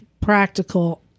practical